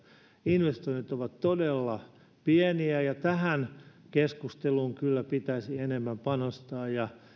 investoinnit ovat todella pieniä ja tähän keskusteluun pitäisi enemmän panostaa ja